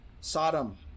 Sodom